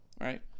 right